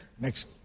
Next